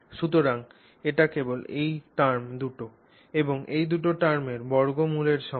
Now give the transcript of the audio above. সুতরাং এটি কেবল এই টার্ম দুটি এবং এই দুটি টার্মের বর্গমূলের সমান